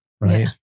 Right